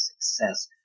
success